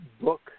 book